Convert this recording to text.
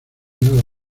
nada